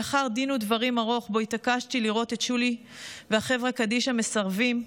לאחר דין ודברים ארוך שבו התעקשתי לראות את שולי והחברה קדישא מסרבים,